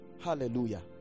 Hallelujah